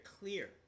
clear